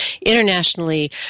internationally